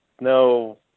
no